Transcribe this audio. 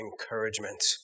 encouragement